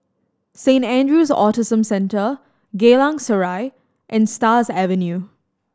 Saint Andrew's Autism Centre Geylang Serai and Stars Avenue